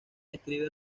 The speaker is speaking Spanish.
describe